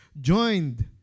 joined